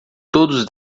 todos